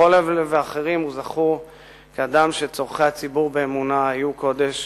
בכל אלה ואחרים הוא זכור כאדם שצורכי הציבור באמונה היו קודש